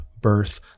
birth